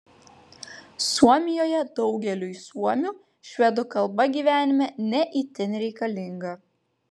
suomijoje daugeliui suomių švedų kalba gyvenime ne itin reikalinga